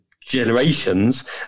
generations